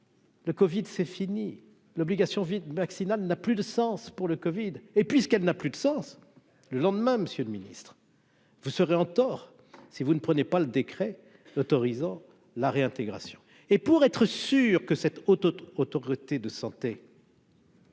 Le Covid c'est fini l'obligation vite vaccinal n'a plus de sens pour le Covid et puis ce qu'elle n'a plus de sens, le lendemain, Monsieur le ministre. Vous serez en tort, si vous ne prenez pas le décret autorisant la réintégration et pour être sûr que cette haute autorité de santé.